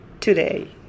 today